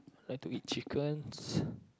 like to eat chickens